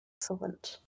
Excellent